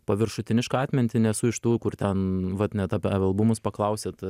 paviršutinišką atmintį nesu iš tų kur ten vat net apie albumus paklausėt